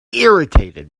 irritated